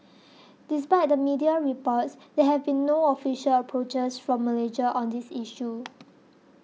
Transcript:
despite the media reports there have been no official approaches from Malaysia on this issue